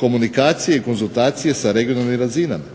komunikacije i konzultacije sa regionalnim razinama.